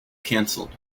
cancelled